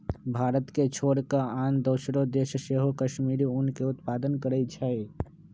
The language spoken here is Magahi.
भारत के छोर कऽ आन दोसरो देश सेहो कश्मीरी ऊन के उत्पादन करइ छै